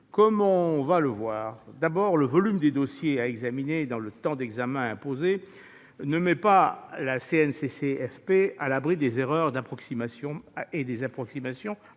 comme on va le voir. D'abord, le volume des dossiers à examiner dans le temps d'examen imposé ne met pas la CNCCFP à l'abri des erreurs et des approximations